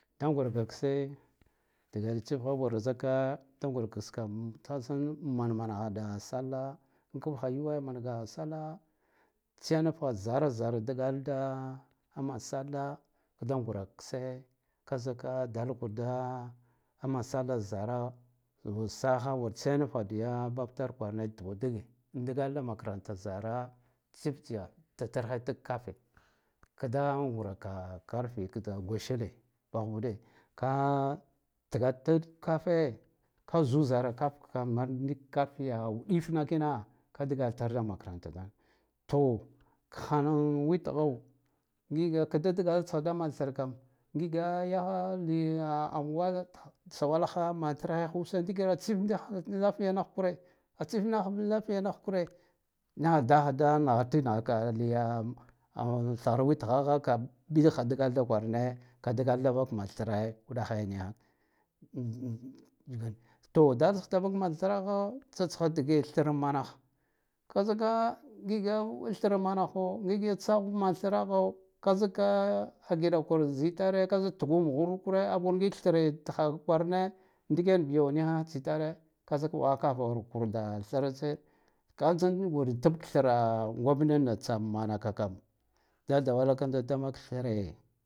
Da ngurga kse digena tsifkha wur da ngurka kskam kafa mana mana ha da salla an kafkha yuwe mangakha salla tsiyanakha zara zara dgalda d aman salla kda gurakkse ka zika dal kur da a man sallas zaragho wur sakha wur tsiyanagha diya babtar kwarane tima dige dgal da makaranta zara tsitisya tatarhe tak kafe kda nguraka karfe “kita-goshile bavude ka tigatur kafe ka zura kaf kamar dukkarfiya uɗifnakina ka dgalitar da makara dan to khan witgho ngiga kadadgal tsgha da manthrkam ngige ya yaliyan waye tkha sawalgha manatarhe usa ndikar tsif lafiya nakhkure nikha dal kha da nghadiya ka thghruvitghaghaka bidik gha dgal da kwarane kalgal da vakman thre uɗathe nikha man thragho tsakha dge thram manakh ka zika ngige thramma naho ngigiyi tsagh man thragho ka zika a giɗakar zitare ka zik tugu mughura kure abu ngik thre ikha kwarane ndiken biyo nikha tsitare ka zik waghakagakur da thratse kaga ngik wur tib thra gomnenatsa manakakam dal dalakanda da vak thre.